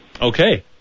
Okay